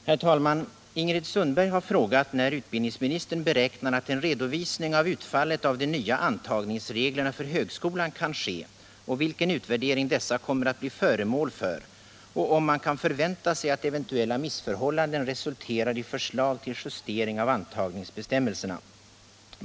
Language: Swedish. Herr talman! Ingrid Sundberg har frågat när utbildningsministern beräknar att en redovisning av utfallet av de nya antagningsreglerna för högskolan kan ske och vilken utvärdering dessa kommer att bli föremål för och om man kan förvänta sig att eventuella missförhållanden re sulterar i förslag till justering av antagningsbestämmelserna.